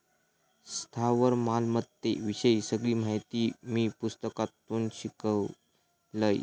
स्थावर मालमत्ते विषयी सगळी माहिती मी पुस्तकातून शिकलंय